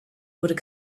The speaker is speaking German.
wurden